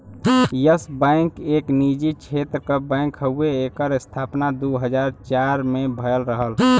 yes Bank एक निजी क्षेत्र क बैंक हउवे एकर स्थापना दू हज़ार चार में भयल रहल